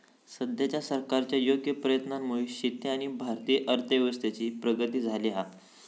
सद्याच्या सरकारच्या योग्य प्रयत्नांमुळे शेती आणि भारतीय अर्थव्यवस्थेची प्रगती झाली हा